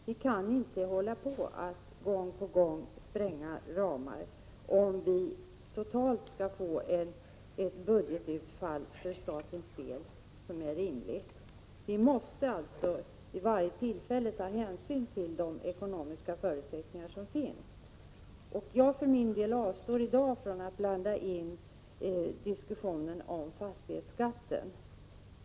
Vi kan inte gång på gång spränga ramarna, om vi skall få ett budgetutfall som totalt är rimligt för statens del. Vi måste alltså vid varje tillfälle ta hänsyn till de ekonomiska förutsättningar som finns. Jag avstår för min del från att i dag blanda in diskussionen om fastighetsskatten.